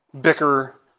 bicker